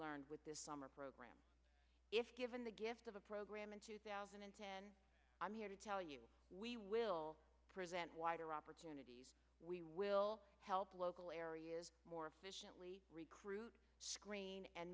learned with this summer program if given the gift of a program in two thousand and ten i'm here to tell you we will present wider opportunities we will help local areas more efficiently recruit